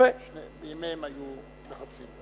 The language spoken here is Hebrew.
בימיהם היו לחצים.